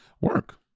work